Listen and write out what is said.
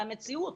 מהמציאות.